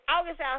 August